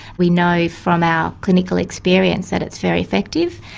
we know from our clinical experience that it's very effective.